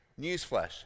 Newsflash